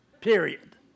period